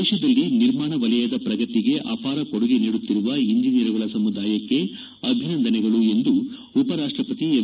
ದೇಶದಲ್ಲಿ ನಿರ್ಮಾಣ ವಲಯದ ಪ್ರಗತಿಗೆ ಅಪಾರ ಕೊಡುಗೆ ನೀಡುತ್ತಿರುವ ಎಂಜಿನಿಯರುಗಳ ಸಮುದಾಯಕ್ಕೆ ಅಭಿನಂದನೆಗಳು ಎಂದು ಉಪರಾಷ್ಪಪತಿ ಎಂ